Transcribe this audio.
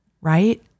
Right